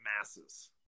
masses